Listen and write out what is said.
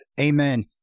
Amen